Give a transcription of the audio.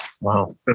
wow